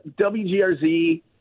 WGRZ